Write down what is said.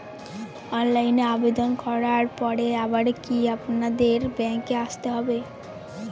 অনলাইনে আবেদন করার পরে আবার কি আপনাদের ব্যাঙ্কে আসতে হবে?